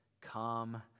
come